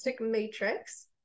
matrix